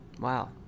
Wow